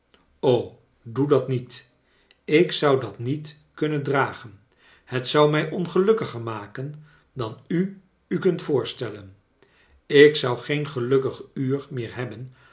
doe dat niet ik zou dat niet kunnen dragen het zou mij ongelukkiger maken dan u u kunt voorstellen ik zou geen gelukkig uur meer hebben